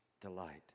delight